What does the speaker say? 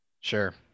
Sure